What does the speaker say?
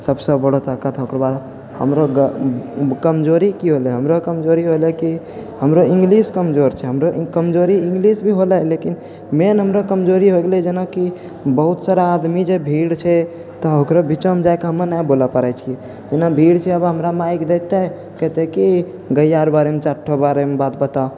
सबसँ बड़ो ताकत ओकर बाद हमरो कमजोरी की होलै हमरा कमजोरी होलै कि हमरो इङ्ग्लिश कमजोर छै हमरो कमजोरी इङ्ग्लिश भी होलै लेकिन मेन हमरा कमजोरी हो गेलै जेनाकि बहुत सारा आदमी जे भीड़ छै तऽ ओकरा बीचमे जाइके हम नहि बोलऽ पा रहै छियै जेना भीड़ छै आब हमरा माइक देतै कहतै कि गैया आर बारेमे चारिठो बात बताओ